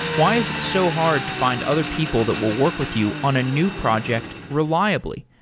why is it so hard to find other people that will work with you on a new project reliably?